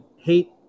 hate